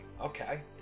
Okay